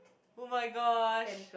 oh-my-gosh